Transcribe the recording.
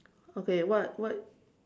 okay what what